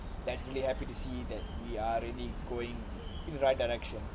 that's really happy to see that we are really going in the right direction